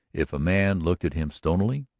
if a man looked at him stonily,